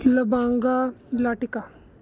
ਲਬਾਂਗਾ ਲਾਟੀਕਾ